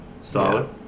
solid